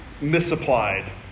misapplied